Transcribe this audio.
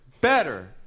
better